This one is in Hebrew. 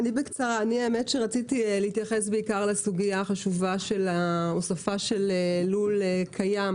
רציתי להתייחס בעיקר לסוגיה החשובה של הוספת לול קיים,